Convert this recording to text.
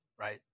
right